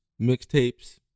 mixtapes